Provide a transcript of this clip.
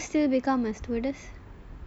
if it goes will you still become a stewardess